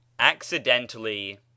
Accidentally